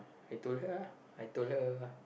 I told her I told her